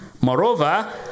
Moreover